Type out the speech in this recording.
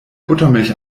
buttermilch